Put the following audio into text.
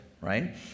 right